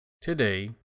today